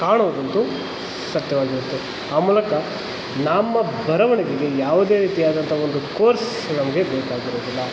ಕಾಣುವುದಂತೂ ಸತ್ಯವಾಗಿರುತ್ತೆ ಆ ಮೂಲಕ ನಮ್ಮ ಬರವಣಿಗೆಗೆ ಯಾವುದೇ ರೀತಿಯಾದಂಥ ಒಂದು ಕೋರ್ಸ್ ನಮಗೆ ಬೇಕಾಗಿರೋದಿಲ್ಲ